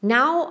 Now